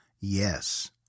yes